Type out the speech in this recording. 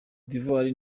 d’ivoire